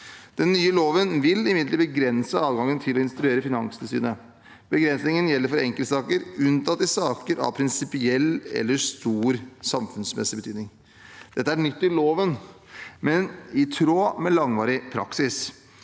Den nye loven vil imidlertid begrense adgangen til å instruere Finanstilsynet. Begrensningen gjelder for enkeltsaker, unntatt i saker av prinsipiell eller stor samfunnsmessig betydning. Dette er nytt i loven, men i tråd med langvarig praksis.